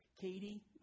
Katie